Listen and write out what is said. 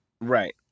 Right